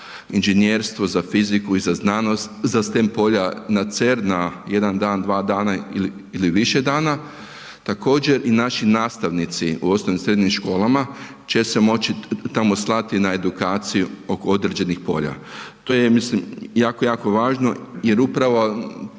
inženjerstvo, za fiziku i za znanost, za stem polja, na CERN na jedan dan, dva dana ili više dana. Također i naši nastavnici u osnovnim i srednjim školama će se moći tamo slati na edukaciju oko određenih polja, to je ja mislim jako, jako važno jer upravo